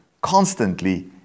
constantly